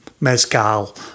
mezcal